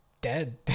dead